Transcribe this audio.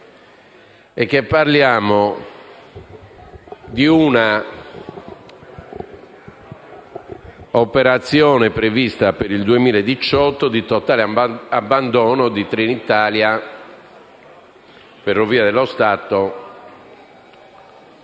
mezzi, nonché di una operazione prevista per il 2018 di totale abbandono di Trenitalia - Ferrovie dello Stato